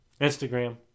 instagram